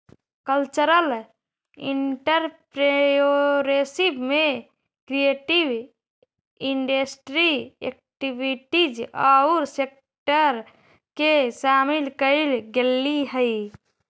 cultural entrepreneurship में creative industry activities औउर sector के शामिल कईल गेलई हई